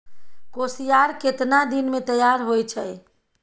कोसियार केतना दिन मे तैयार हौय छै?